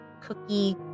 cookie